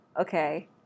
okay